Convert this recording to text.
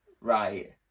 right